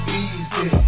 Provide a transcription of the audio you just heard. easy